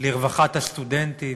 לרווחת הסטודנטים,